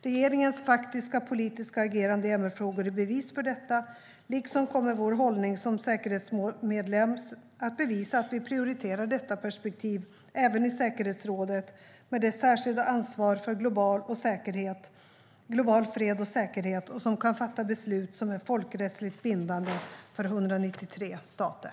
Regeringens faktiska politiska agerande i MR-frågor är bevis för detta. Likaså kommer vår hållning som säkerhetsrådsmedlem att bevisa att vi prioriterar detta perspektiv även i säkerhetsrådet med dess särskilda ansvar för global fred och säkerhet och som kan fatta beslut som är folkrättsligt bindande för 193 stater.